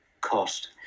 cost